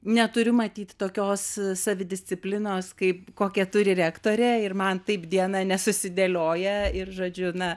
neturiu matyti tokios savidisciplinos kaip kokią turi rektorė ir man taip dieną nesusidėlioja ir žodžiu na